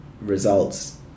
results